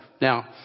Now